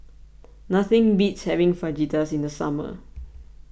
nothing beats having Fajitas in the summer